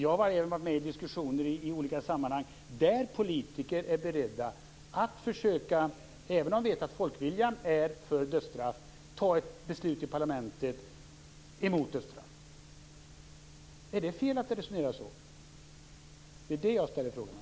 Jag har varit med i diskussioner i olika sammanhang där det har framgått att politiker är beredda att försöka att fatta beslut i parlamentet emot dödsstraff även om de vet att folket är för dödsstraff. Är det fel att resonera så? Det är det jag frågar om.